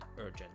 urgent